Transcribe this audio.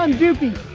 and doopey,